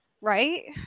right